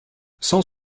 cent